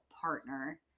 partner